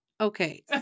Okay